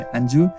Anju